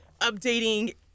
updating